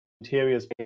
interiors